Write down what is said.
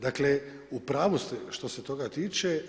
Dakle, u pravu ste što se toga tiče.